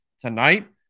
tonight